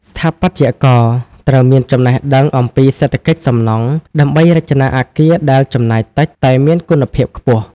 ស្ថាបត្យករត្រូវមានចំណេះដឹងអំពីសេដ្ឋកិច្ចសំណង់ ដើម្បីរចនាអគារដែលចំណាយតិចតែមានគុណភាពខ្ពស់។